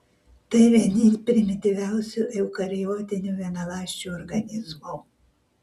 tai vieni primityviausių eukariotinių vienaląsčių organizmų